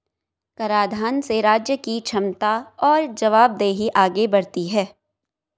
कराधान से राज्य की क्षमता और जवाबदेही आगे बढ़ती है